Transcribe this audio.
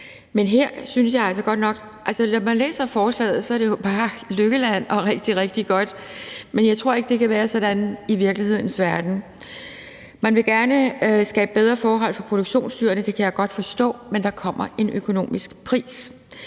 man læser forslaget, at man forestiller sig et lykkeland, hvor alt er rigtig, rigtig godt, men jeg tror ikke, det kan være sådan i virkelighedens verden. Man vil gerne skabe bedre forhold for produktionsdyrene, og det kan jeg godt forstå, men der kommer en økonomisk pris.